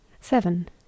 seven